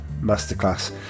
masterclass